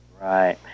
Right